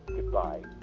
goodbye.